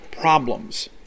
problems